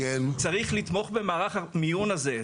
צריך לתמוך במערך המיון הזה.